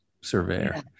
surveyor